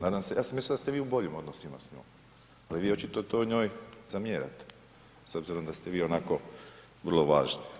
Nadam se, ja sam mislio da ste vi u boljim odnosima s njom, ali vi očito to njoj zamjerate, s obzirom da ste vi onako vrlo važni.